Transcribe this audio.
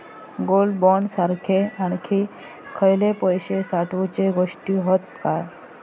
Gold bond सारखे आणखी खयले पैशे साठवूचे गोष्टी हत काय?